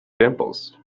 dimples